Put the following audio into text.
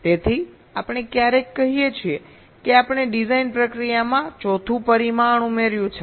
તેથી આપણે ક્યારેક કહીએ છીએ કે આપણે ડિઝાઇન પ્રક્રિયામાં ચોથું પરિમાણ ઉમેર્યું છે